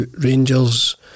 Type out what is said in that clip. Rangers